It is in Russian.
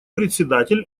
председатель